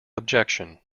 objection